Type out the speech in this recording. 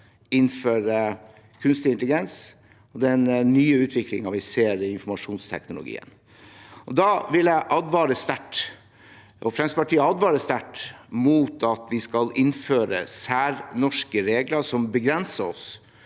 innenfor kunstig intelligens og den nye utviklingen vi ser i informasjonsteknologien. Jeg og Fremskrittspartiet vil advare sterkt mot at vi skal innføre særnorske regler som begrenser oss